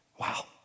Wow